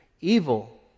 Evil